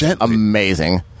Amazing